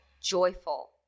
joyful